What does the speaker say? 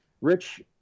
rich